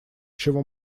чего